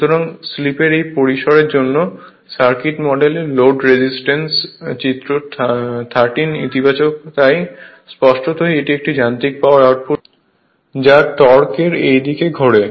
সুতরাং স্লিপের এই পরিসরের জন্য সার্কিট মডেলে লোড রেজিস্ট্যান্স চিত্র 13 ইতিবাচক স্পষ্টতই একটি যান্ত্রিক পাওয়ার আউটপুট আছে যা টর্ক এর এই দিকে ঘোরে